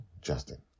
Justin